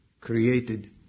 created